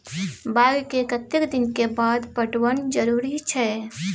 बाग के कतेक दिन के बाद पटवन जरूरी छै?